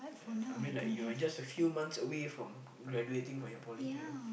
ya I mean like you're just a few months from graduating from your poly you know